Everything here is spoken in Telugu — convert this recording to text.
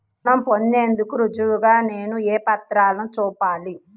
రుణం పొందేందుకు రుజువుగా నేను ఏ పత్రాలను చూపాలి?